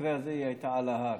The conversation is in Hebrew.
במקרה הזה היא הייתה על ההר.